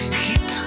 hit